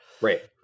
Right